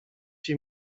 się